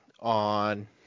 on